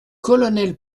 colonel